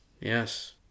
Yes